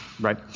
Right